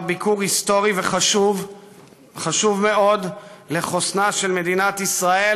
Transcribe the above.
ביקור היסטורי וחשוב מאוד לחוסנה של מדינת ישראל